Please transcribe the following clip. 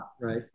right